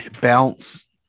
bounce